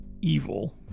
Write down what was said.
evil